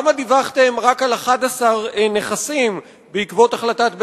למה דיווחתם רק על 11 נכסים בעקבות החלטת בית-המשפט,